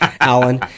Alan